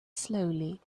slowly